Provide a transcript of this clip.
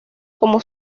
como